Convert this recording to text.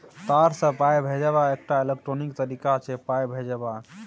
तार सँ पाइ भेजब एकटा इलेक्ट्रॉनिक तरीका छै पाइ भेजबाक